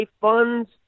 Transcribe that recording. funds